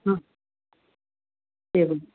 हा एवम्